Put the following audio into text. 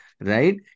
right